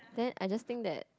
then I just think that